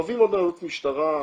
מביאים עוד ניידות משטרה,